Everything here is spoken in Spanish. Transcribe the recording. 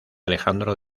alejandro